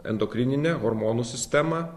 endokrininę hormonų sistemą